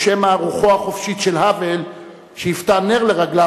או שמא רוחו החופשית של האוול שהיתה נר לרגליו,